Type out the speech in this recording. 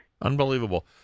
unbelievable